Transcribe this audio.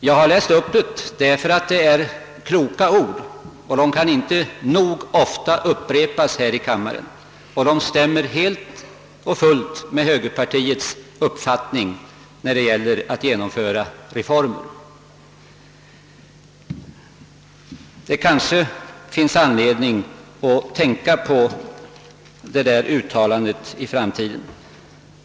Jag har läst upp det för att det är kloka ord, och de kan inte nog ofta upprepas här i riksdagen. De stämmer helt och hållet med högerpartiets uppfattning när det gäller att genomföra reformer. Det kanske finns anledning att tänka på detta uttalande i framtiden.